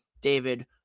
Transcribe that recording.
David